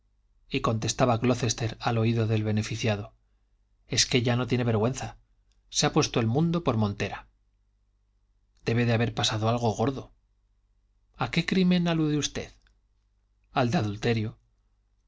y contestaba glocester al oído del beneficiado es que ya no tiene vergüenza se ha puesto el mundo por montera debe de haber pasado algo gordo a qué crimen alude usted al de adulterio